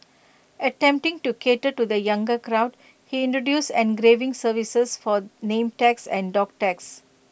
attempting to cater to the younger crowd he introduced engraving services for name tags and dog tags